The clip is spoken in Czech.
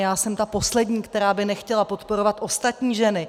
Já jsem ta poslední, která by nechtěla podporovat ostatní ženy.